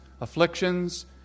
afflictions